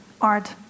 art